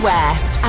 West